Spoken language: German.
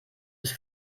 ist